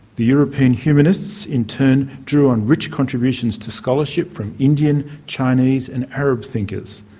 the european humanists in turn drew on rich contributions to scholarship from indian, chinese and arab thinkers.